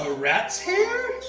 and rat's hair!